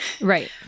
Right